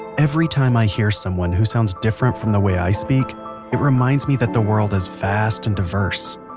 every time i hear someone who sounds different from the way i speak it reminds me that the world is vast and diverse.